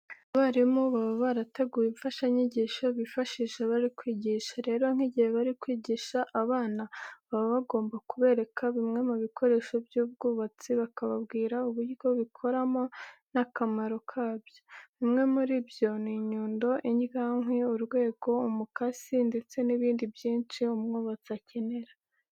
Abarimu baba barateguye imfashanyigisho bifashisha bari kwigisha. Rero nk'igihe bari kwigisha abana, baba bagomba kubereka bimwe mu bikoresho by'ubwubatsi, bakababwira uburyo bikoramo n'akamaro kabyo. Bimwe muri byo ni inyundo, indyankwi, urwego, umukasi ndetse n'ibindi byinshi umwubatsi akenera.